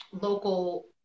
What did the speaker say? local